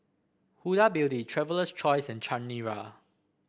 Huda Beauty Traveler's Choice and Chanira